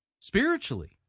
spiritually